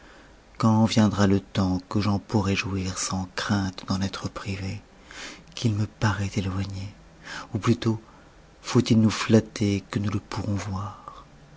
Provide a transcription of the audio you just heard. quand viendra le temps que j'en pourrai jouir sans crainte d'en être privé qu'il me parait éteigne ou plutôt faut-il nous natter que nous le pourrons voir